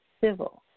civil